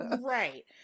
right